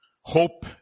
hope